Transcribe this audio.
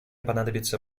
понадобится